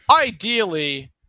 Ideally